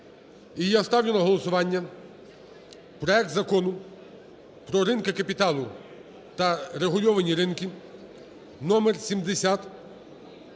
І я ставлю на голосування проект Закону про ринки капіталу та регульовані ринки (№ 7055)